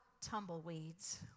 tumbleweeds